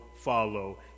follow